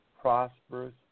prosperous